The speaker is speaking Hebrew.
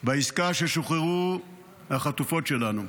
בעסקה ששוחררו החטופות שלנו.